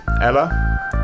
Ella